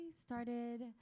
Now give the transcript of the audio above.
started